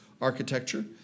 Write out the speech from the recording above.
architecture